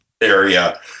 area